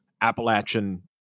Appalachian